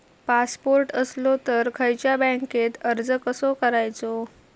Passport असलो तर खयच्या बँकेत अर्ज कसो करायचो?